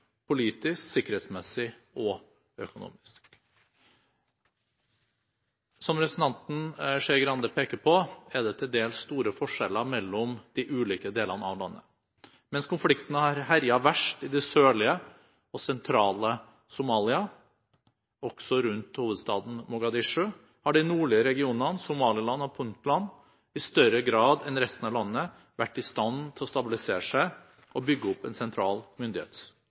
politisk, sikkerhetsmessig og økonomisk. Som representanten Skei Grande peker på, er det til dels store forskjeller mellom de ulike delene av landet. Mens konfliktene har herjet verst i det sørlige og sentrale Somalia, også rundt hovedstaden Mogadishu, har de nordlige regionene, Somaliland og Puntland, i større grad enn resten av landet vært i stand til å stabilisere seg og bygge opp en sentral